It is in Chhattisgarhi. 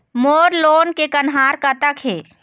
मोर लोन के कन्हार कतक हे?